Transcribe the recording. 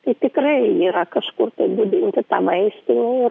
tai tikrai yra kažkur tai budinti ta vaistinė